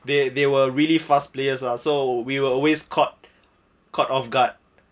they they were really fast players lah so we will always caught caught off guard